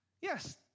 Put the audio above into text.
Yes